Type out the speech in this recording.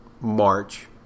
March